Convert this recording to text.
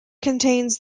contains